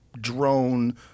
drone